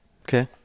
Okay